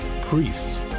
priests